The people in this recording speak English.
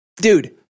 Dude